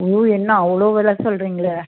ஓ என்ன அவ்வளோ விலை சொல்கிறீங்கள